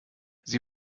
sie